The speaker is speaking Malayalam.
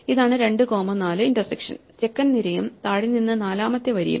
ഇതാണ് 2 കോമ 4 ഇന്റർസെക്ഷൻ സെക്കൻഡ് നിരയും താഴെ നിന്ന് നാലാമത്തെ വരിയും